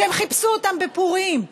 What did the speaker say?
שהם חיפשו אותם בפורים,